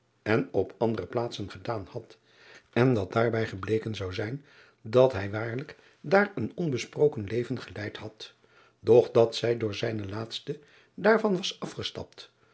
en op andere plaatsen gedaan had en dat daarbij gebleken zou zijn dat hij waarlijk daar een onbesproken leven geleid had doch dat zij door zijnen laatsten daarvan was afgestapt